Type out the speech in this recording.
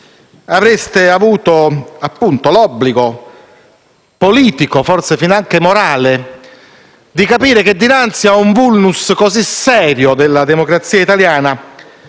Avreste avuto l'obbligo politico, forse finanche morale, di capire che, dinanzi a un *vulnus* così serio della democrazia italiana,